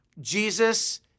Jesus